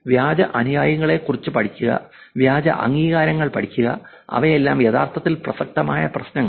വ്യാജ അനുയായികളെക്കുറിച്ച് പഠിക്കുക വ്യാജ അംഗീകാരങ്ങൾ പഠിക്കുക അവയെല്ലാം യഥാർത്ഥത്തിൽ പ്രസക്തമായ പ്രശ്നങ്ങളാണ്